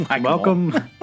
welcome